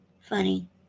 funny